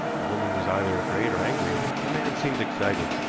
the woman was either afraid or angry, and the man seemed excited.